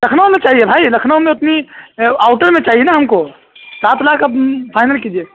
لکھنؤ میں چاہیے بھائی لکھنؤ میں اتنی آؤٹر میں چاہیے نا ہم کو سات لاکھ اب فائنل کیجیے